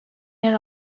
yer